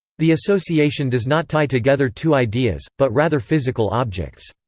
the association does not tie together two ideas, but rather physical objects.